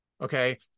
okay